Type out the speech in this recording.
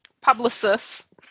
publicist